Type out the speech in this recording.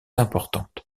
importante